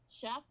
Chef